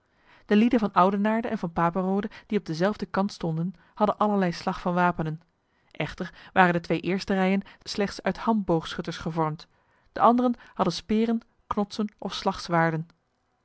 de lieden van oudenaarde en van papenrode die op dezelfde kant stonden hadden allerlei slag van wapenen echter waren de twee eerste rijen slechts uit handboogschutters gevormd de anderen hadden speren knotsen of